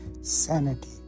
sanity